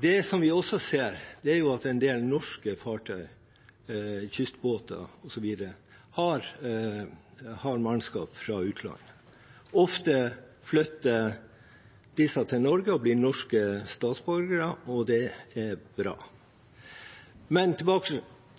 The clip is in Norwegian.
det, gjør det sjelden. Det vi også ser, er at en del norske fartøy, kystbåter osv., har mannskap fra utlandet. Ofte flytter disse til Norge og blir norske statsborgere, og det er bra.